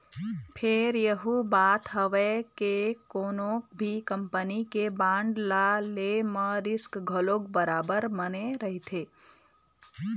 फेर यहूँ बात हवय के कोनो भी कंपनी के बांड ल ले म रिस्क घलोक बरोबर बने रहिथे